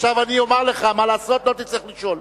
עכשיו אני אומר לך מה לעשות, ולא תצטרך לשאול.